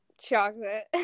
Chocolate